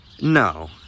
no